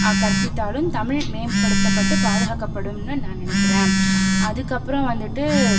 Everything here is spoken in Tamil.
கற்பித்தாலும் தமிழ் மேம்படுத்தப்பட்டு பாதுகாக்கப்படுன்னு நான் நினைக்கிறேன் அதுக்கு அப்புறம் வந்துட்டு